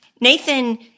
Nathan